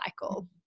cycle